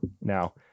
now